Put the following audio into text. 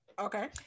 Okay